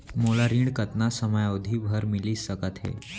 मोला ऋण कतना समयावधि भर मिलिस सकत हे?